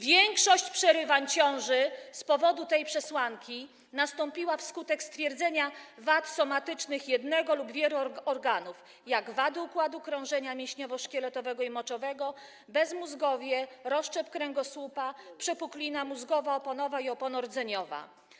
Większość przypadków przerwania ciąży z powodu tej przesłanki nastąpiła wskutek stwierdzenia wad somatycznych jednego organu lub wielu organów, takich jak wady układu krążenia, mięśniowo-szkieletowego i moczowego, bezmózgowie, rozszczep kręgosłupa, przepuklina mózgowa, oponowa i oponowo-rdzeniowa.